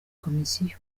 komisiyo